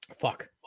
Fuck